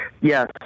Yes